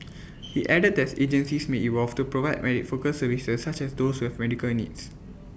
he added that's agencies may evolve to provide my focused services such as those who have medical needs